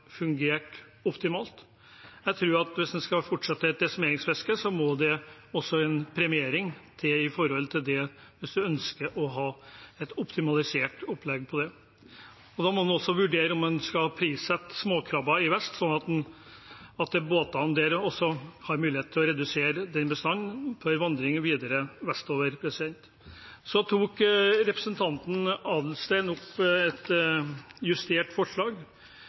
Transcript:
optimalt. Jeg tror at hvis en skal fortsette å ha et desimeringsfiske, må det til en premiering hvis man ønsker å ha et optimalisert opplegg av det. Da må man også vurdere om man skal prissette småkrabber i vest, slik at også båtene der har mulighet til å redusere den bestanden på vandringen videre vestover. Representanten Adelsten Iversen tok opp et justert forslag,